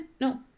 no